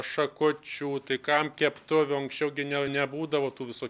šakučių tai kam keptuvių anksčiau gi ne nebūdavo tų viso